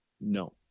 no